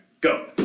go